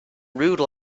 rude